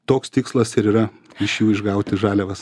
toks tikslas ir yra iš jų išgauti žaliavas